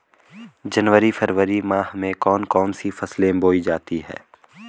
जनवरी फरवरी माह में कौन कौन सी फसलें बोई जाती हैं?